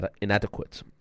inadequate